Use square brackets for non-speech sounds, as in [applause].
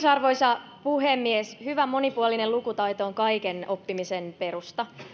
[unintelligible] arvoisa puhemies hyvä monipuolinen lukutaito on kaiken oppimisen perusta